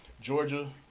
Georgia